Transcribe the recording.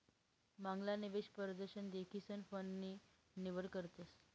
मांगला निवेश परदशन देखीसन फंड नी निवड करतस